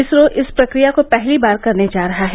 इसरो इस प्रक्रिया को पहली बार करने जा रहा है